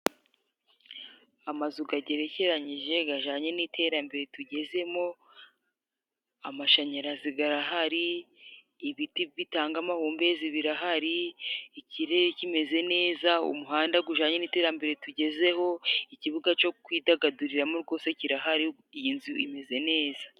Amazu gagerekeranyije gajanye n'iterambere tugezemo, amashanyarazi garahari, ibiti bitanga amahumbezi birahari, ikirere kimeze neza. Umuhanda gujanye n'iterambere tugezeho, ikibuga cyo kwidagaduriramo rwose kirahari, iyi nzu imeze neza.